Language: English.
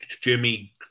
Jimmy